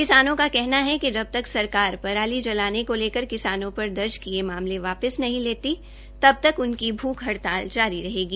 किसानों का कहना है कि सरकार पराली जलाने को लेकर किसानों पर दर्ज किये मामले वापिस नहीं लेती तबतक उनकी भूख हड़ताल जारी रहेगी